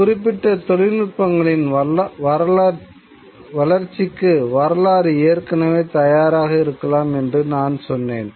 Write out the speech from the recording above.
குறிப்பிட்ட தொழில்நுட்பங்களின் வளர்ச்சிக்கு வரலாறு ஏற்கனவே தயாராக இருக்கலாம் என்று நான் சொன்னேன்